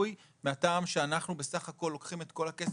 מהטעם שאנחנו בסך הכול לוקחים את כל הכסף,